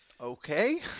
Okay